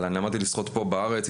אבל אני למדתי לשחות פה בארץ.